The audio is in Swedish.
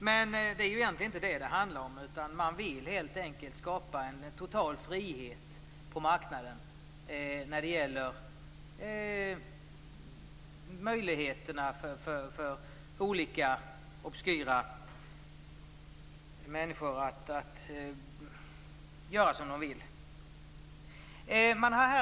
Men det är egentligen inte det som det handlar om, utan de vill helt enkelt skapa en total frihet på marknaden när det gäller möjligheterna för olika obskyra människor att göra som de vill.